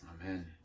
Amen